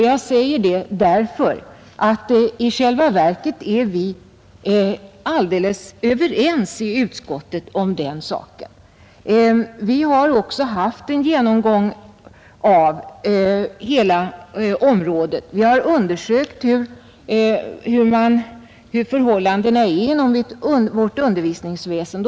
Jag säger det därför att vi i själva verket är helt överens inom utskottet i denna fråga. Vi har också haft en genomgång av hela det området. Vi har undersökt förhållandena inom vårt undervisningsväsende.